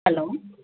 hello